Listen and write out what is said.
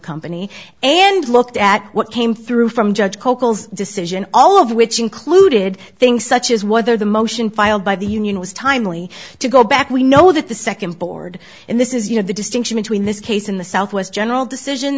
company and looked at what came through from judge cocos decision all of which included things such as whether the motion filed by the union was timely to go back we know that the second board in this is you know the distinction between this case in the southwest general decision